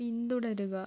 പിന്തുടരുക